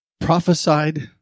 prophesied